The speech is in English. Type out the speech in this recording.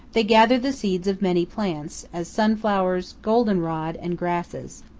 they gather the seeds of many plants, as sunflowers, golden-rod, and grasses.